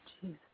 Jesus